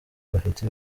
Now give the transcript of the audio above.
bafite